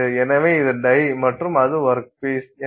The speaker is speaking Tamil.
எனவே இது டை மற்றும் அது வொர்க் பீஸ்